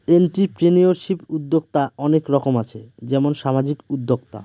entrepreneurship উদ্যক্তা অনেক রকম আছে যেমন সামাজিক উদ্যোক্তা